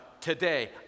today